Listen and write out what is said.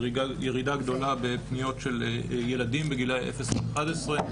ירידה גדולה בפניות של ילדים בגילאי 0 11,